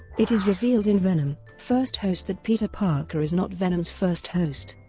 it is revealed in venom first host that peter parker is not venom's first host.